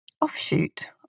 offshoot